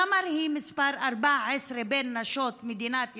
סמר היא מספר 14 בנשות מדינת ישראל,